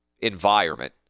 environment